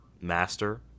master